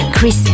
Chris